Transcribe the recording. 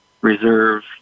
reserve